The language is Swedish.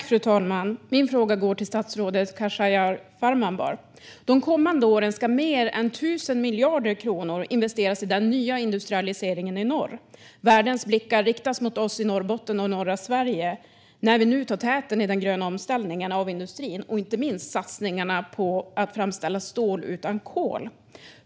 Fru talman! Min fråga går till statsrådet Khashayar Farmanbar. De kommande åren ska mer än 1 000 miljarder kronor investeras i den nya industrialiseringen i norr. Världens blickar riktas mot oss i Norrbotten och norra Sverige när vi nu tar täten i den gröna omställningen av industrin och inte minst satsningarna på att framställa stål utan kol.